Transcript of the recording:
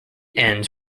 ends